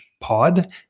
pod